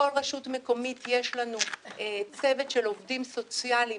בכל רשות מקומית יש לנו צוות של עובדים סוציאליים